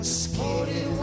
skin